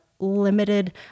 limited